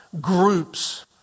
groups